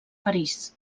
parís